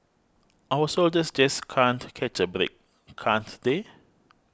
our soldiers just can't catch a break can't they